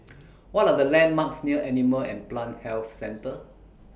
What Are The landmarks near Animal and Plant Health Centre